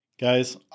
Guys